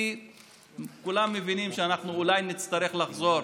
כי כולם מבינים שאולי נצטרך לחזור